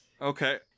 Okay